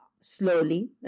Slowly